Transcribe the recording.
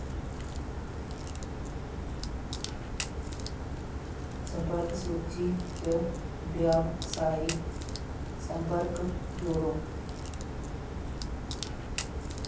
संपर्क सूची च व्यावसायिक संपर्क जोड़ो